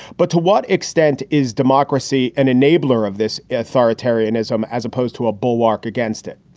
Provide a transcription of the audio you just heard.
but to what extent is democracy an enabler of this authoritarianism as opposed to a bulwark against it?